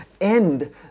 end